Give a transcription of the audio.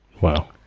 Wow